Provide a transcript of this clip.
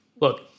look